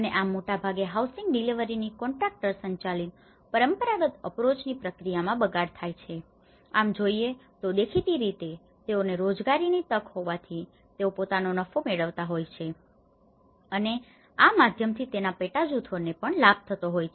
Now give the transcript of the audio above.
અને આમ મોટાભાગે હાઉસિંગ ડિલિવરીની કોન્ટ્રાકટર સંચાલિત પરંપરાગત અપ્રોચની પ્રક્રિયામાં બગાડ થાય છે આમ જોઈએ તો દેખીતી રીતે તેઓને રોજગારીની તક હોવાથી તેઓ પોતાનો નફો મેળવતા હોય છે અને આ માધ્યમથી તેના પેટાજૂથોને પણ લાભ થતો હોય છે